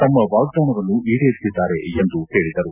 ತಮ್ಮ ವಾಗ್ವಾನವನ್ನು ಈಡೇರಿಸಿದ್ದಾರೆ ಎಂದು ಹೇಳಿದರು